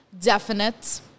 definite